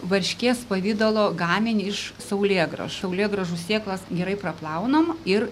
varškės pavidalo gaminį iš saulėgrąžų saulėgrąžų sėklos gerai praplaunam ir